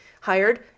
hired